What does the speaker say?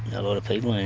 a lot of people and